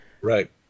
right